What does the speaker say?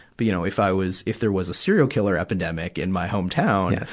but, you know, if i was, if there was a serial killer epidemic in my home town,